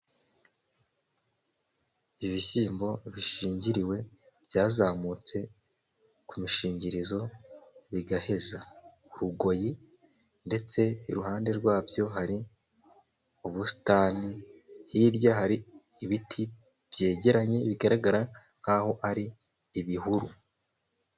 Ibishyimbo bishingiriwe byazamutse ku mishingirizo bigaheza k'urugoyi, ndetse iruhande rwabyo hari ubusitani hirya hari ibiti byegeranye bigaragara nk' ari ibihuru.